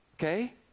Okay